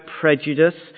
prejudice